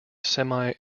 semi